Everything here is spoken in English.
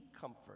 comfort